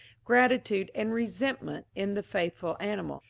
gratitude, and resentment in the faithful animal,